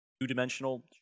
two-dimensional